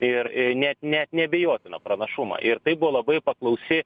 ir net net neabejotiną pranašumą ir tai buvo labai paklausi